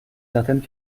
certaine